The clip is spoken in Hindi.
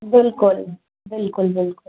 बिल्कुल बिल्कुल बिल्कुल